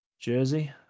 jersey